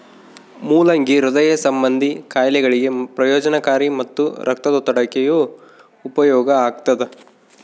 ಮುಲ್ಲಂಗಿ ಹೃದಯ ಸಂಭಂದಿ ಖಾಯಿಲೆಗಳಿಗೆ ಪ್ರಯೋಜನಕಾರಿ ಮತ್ತು ರಕ್ತದೊತ್ತಡಕ್ಕೆಯೂ ಉಪಯೋಗ ಆಗ್ತಾದ